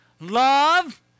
Love